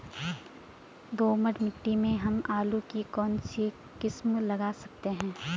दोमट मिट्टी में हम आलू की कौन सी किस्म लगा सकते हैं?